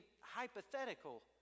hypothetical